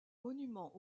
monument